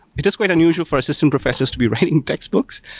it is quite unusual for us, system professors, to be writing textbooks.